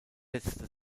setzte